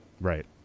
right